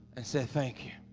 ah said thank you